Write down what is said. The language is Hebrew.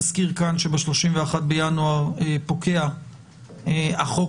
נזכיר כאן שב-31 בינואר פוקע החוק